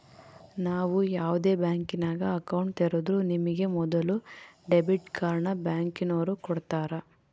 ನಾವು ಯಾವ್ದೇ ಬ್ಯಾಂಕಿನಾಗ ಅಕೌಂಟ್ ತೆರುದ್ರೂ ನಮಿಗೆ ಮೊದುಲು ಡೆಬಿಟ್ ಕಾರ್ಡ್ನ ಬ್ಯಾಂಕಿನೋರು ಕೊಡ್ತಾರ